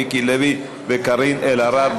מיקי לוי וקארין אלהרר.